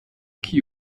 the